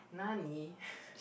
nani